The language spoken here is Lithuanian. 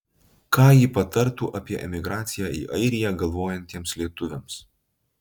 ką ji patartų apie emigraciją į airiją galvojantiems lietuviams